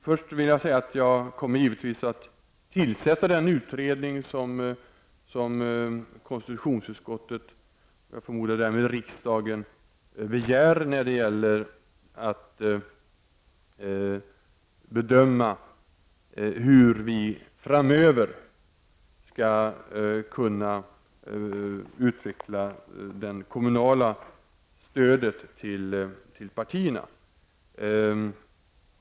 Först vill jag då säga att jag givetvis kommer att tillsätta den utredning som konstitutionsutskottet och jag förmodar därmed riksdagen begär när det gäller att bedöma hur vi framöver skall kunna utveckla det kommunala stödet till partierna.